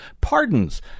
pardons